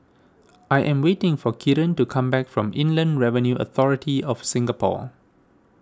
I am waiting for Kieran to come back from Inland Revenue Authority of Singapore